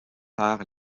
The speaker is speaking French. par